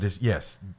Yes